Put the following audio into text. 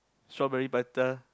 strawberry prata